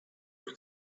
were